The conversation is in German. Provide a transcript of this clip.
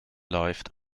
läuft